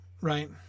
right